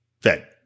fed